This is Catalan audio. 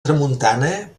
tramuntana